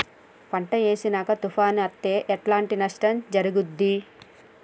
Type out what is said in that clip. పంట వేసినంక తుఫాను అత్తే ఎట్లాంటి నష్టం జరుగుద్ది?